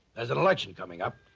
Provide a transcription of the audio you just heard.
there's an election coming up.